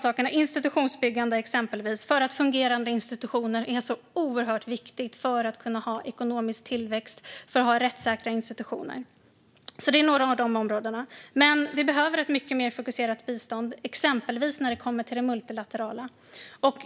Vi har exempelvis institutionsbyggande, eftersom fungerande institutioner är så oerhört viktiga för att kunna skapa ekonomisk tillväxt och rättssäkra institutioner. Detta är några av områdena. Vi behöver dock ett mycket mer fokuserat bistånd, exempelvis när det kommer till det multilaterala.